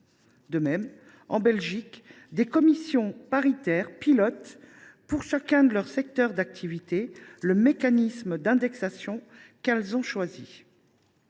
De même, en Belgique, des commissions paritaires pilotent, pour chacun de leurs secteurs d’activité, le mécanisme d’indexation qu’elles ont choisi.